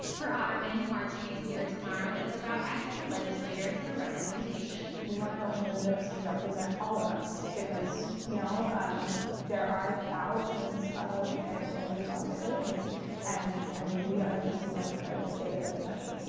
for otterman, marching in pierre tomorrow is about asking legislators for representation. we want our representatives to represent all of us because you know um there are thousands of transgender south dakotans and and we are just as much a part of the state as anybody,